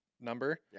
number